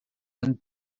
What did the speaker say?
and